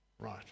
Right